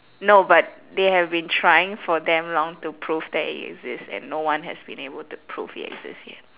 no but they have been trying for damn long to prove that it exists and no one has been able to prove it exists yet